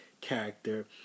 Character